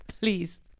Please